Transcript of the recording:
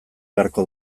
beharko